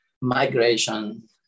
migration